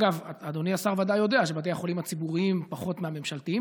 אדוני השר ודאי יודע שבתי החולים הציבוריים מתוקצבים פחות מהממשלתיים,